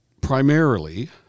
primarily